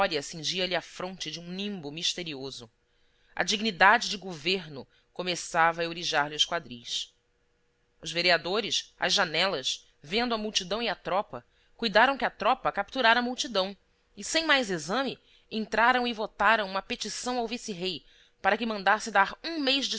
vitória cingia-lhe a fronte de um nimbo misterioso a dignidade de governo começava a eurijar lhe os quadris os vereadores às janelas vendo a multidão e a tropa cuidaram que a tropa capturara a multidão e sem mais exame entraram e votaram uma petição ao vice-rei para que mandasse dar um mês de